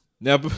Now